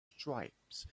stripes